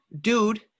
dude